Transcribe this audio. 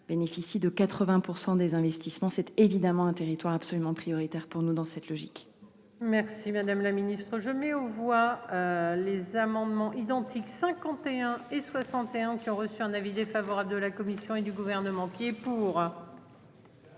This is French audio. bénéficient de 80% des investissements, c'est évidemment un territoire absolument prioritaire pour nous, dans cette logique. Merci madame la ministre je mets aux voix les amendements identiques, 51 et 61 ans qui ont reçu un avis défavorable de la Commission et du gouvernement qui est pour.